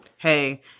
Hey